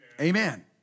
Amen